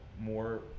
more